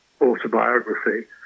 autobiography